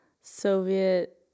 Soviet